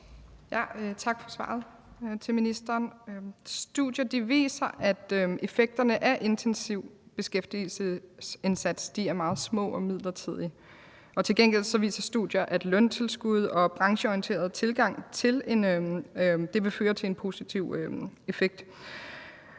Tak til ministeren for svaret. Studier viser, at effekterne af en intensiv beskæftigelsesindsats er meget små og midlertidige. Til gengæld viser studier, at løntilskud og en brancheorienteret tilgang vil føre til en positiv effekt.